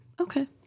Okay